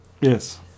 Yes